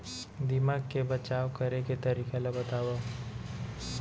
दीमक ले बचाव करे के तरीका ला बतावव?